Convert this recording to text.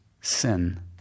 sin